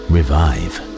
Revive